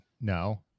no